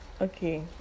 okay